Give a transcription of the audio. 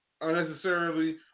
Unnecessarily